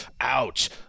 ouch